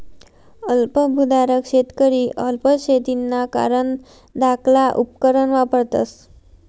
अल्प भुधारक शेतकरी अल्प शेतीना कारण धाकला उपकरणं वापरतस